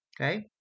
Okay